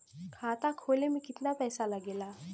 खाता खोले में कितना पैसा लगेला?